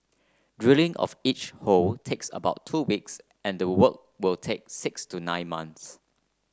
drilling of each hole takes about two weeks and the work will take six to nine months